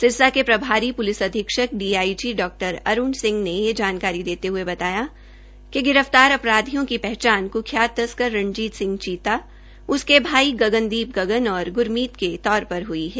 सिरसा के प्रभारी पुलिस अधीक्षक डीआईजी डॉ अरूण सिंह ने यह जानकारी देते हए बताया है कि गिरफतार अपराधियों की पहंचान कुख्यात तस्कर रणजीत सिंह चीता उसके भाई गगनदीप गगन और ग्मीत के तौर पर हई है